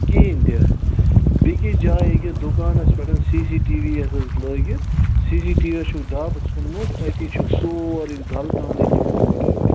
کِہیٖنۍ تہِ بیکِس جایہِ ییکیاہ دُکانَس پٮ۪ٹھ سی سی ٹی وی یَتھ حظ لٲگِتھ سی سی ٹی وی یَس چھُکھ دَب ژٕھنمُت أتی چھُکھ سورُے گَلتانٕے نِمُت وٕڑٲیِتھ